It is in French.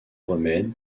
remèdes